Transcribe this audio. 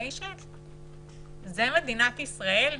זה מדינת ישראל,